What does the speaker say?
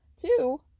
two